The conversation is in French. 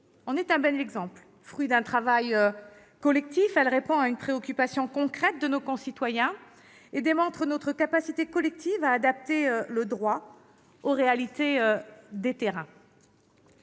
de ces solutions : fruit d'un travail collectif, elle répond à une préoccupation concrète de nos concitoyens et démontre notre capacité collective à adapter le droit aux multiples réalités du terrain.